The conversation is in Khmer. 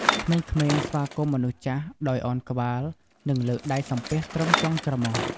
ក្មេងៗស្វាគមន៍មនុស្សចាស់ ដោយឱនក្បាល និងលើកដៃសំពះត្រឹមចុងច្រមុះ។